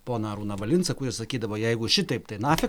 poną arūną valinsą kuris sakydavo jeigu šitaip tai nafik